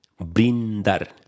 brindar